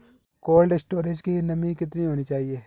Cold storage की नमी कितनी होनी चाहिए?